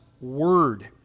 Word